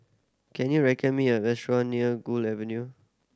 can you recommend me a restaurant near Gu Avenue